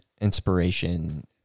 Inspiration